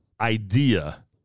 idea